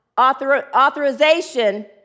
authorization